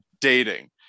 dating